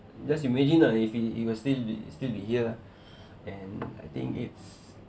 just imagine lah if he he was still he'll still be here and I think it's